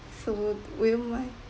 so will you mind